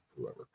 whoever